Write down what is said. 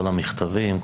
כל המכתבים,